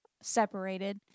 separated